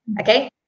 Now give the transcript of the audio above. okay